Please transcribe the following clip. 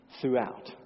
throughout